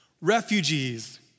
refugees